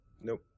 Nope